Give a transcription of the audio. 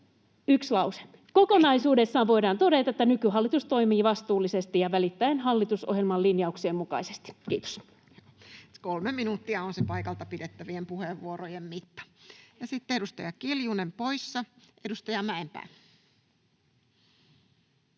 Yksi lause. — Kokonaisuudessaan voidaan todeta, että nykyhallitus toimii vastuullisesti ja välittäen hallitusohjelman linjauksien mukaisesti. — Kiitos. Pyydän edustajaa siirtymään puhujakorokkeelle. Kolme minuuttia on se paikalta pidettävien puheenvuorojen mitta. — Sitten edustaja Kiljunen, poissa. Edustaja Mäenpää.